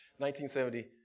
1970